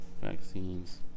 vaccines